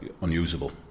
unusable